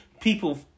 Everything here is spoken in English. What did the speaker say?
people